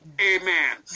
Amen